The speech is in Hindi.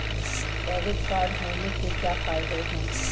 डेबिट कार्ड होने के क्या फायदे हैं?